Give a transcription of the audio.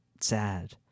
sad